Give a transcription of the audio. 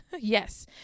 Yes